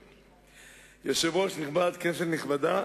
יושב-ראש נכבד, כנסת נכבדה,